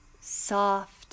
soft